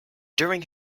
during